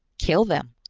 kill them?